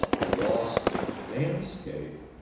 the lost landscape,